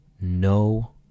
no